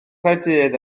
caerdydd